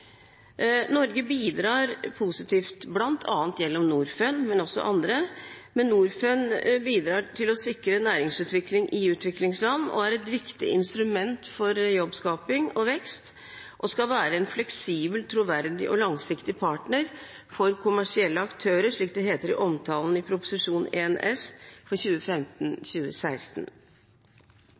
Norge bidrar positivt bl.a. gjennom Norfund, men også andre. Norfund bidrar til å sikre næringsutvikling i utviklingsland og er et viktig instrument for jobbskaping og vekst og «skal være en fleksibel, troverdig og langsiktig partner for kommersielle aktører», slik det heter i omtalen i Prop. 1 S for